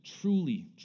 truly